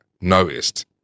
noticed